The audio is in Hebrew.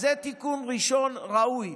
אז זה תיקון ראשון, ראוי.